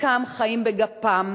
חלקם חיים בגפם,